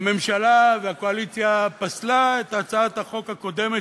הממשלה והקואליציה פסלו את הצעת החוק הקודמת